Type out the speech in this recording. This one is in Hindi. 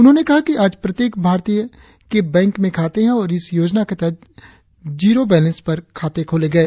उन्होंने कहा कि आज प्रत्येक भारतीय के बैंक में खाते है और इस योजना के तहत जारी बैलेंस पर खाते खोले गये